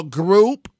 group